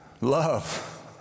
Love